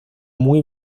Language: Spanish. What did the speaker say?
muy